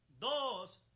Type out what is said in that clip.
dos